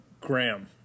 Graham